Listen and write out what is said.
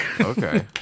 Okay